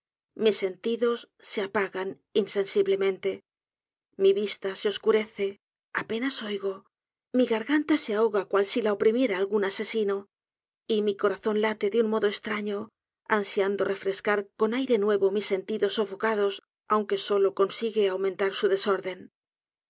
mis sentidos se apagan insensiblemente mi vista se oscurece apenas oigo mi garganta se ahoga cual si la oprimiera algún asesino y mi corazón late de un modo estraño ansiando refrescar con aire nuevo mis sentidos sofocados aunque solo consigue aumentar su desorden